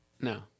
No